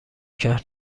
کرد